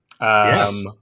Yes